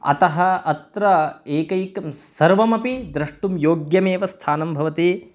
अतः अत्र एकैकं सर्वमपि द्रष्टुं योग्यमेव स्थानं भवति